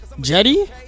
Jetty